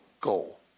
goal